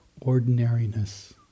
ordinariness